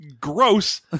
Gross